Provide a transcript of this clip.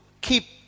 keep